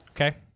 Okay